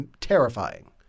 terrifying –